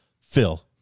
Phil